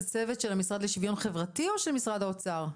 זה צוות של המשרד לשוויון חברתי או שזה צוות של משרד האוצר?